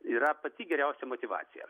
yra pati geriausia motyvacija